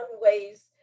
ways